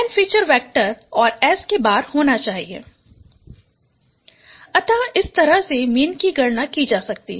N feature vector और S̅ होना चाहिए S̅1N i1Nxi अत इस तरह से मीन की गणना की जा सकती है